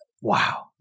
wow